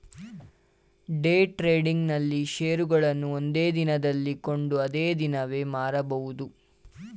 day trading ನಲ್ಲಿ ಶೇರುಗಳನ್ನು ಒಂದೇ ದಿನದಲ್ಲಿ ಕೊಂಡು ಅದೇ ದಿನವೇ ಮಾರಬಹುದು